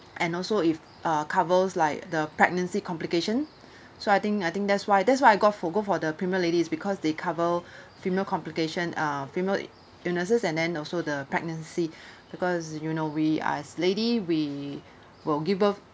and also it's uh covers like the pregnancy complication so I think I think that's why that's why I got for go for the premier ladies because they cover female complication uh female illnesses and then also the pregnancy because you know we as lady we will give birth